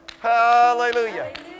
Hallelujah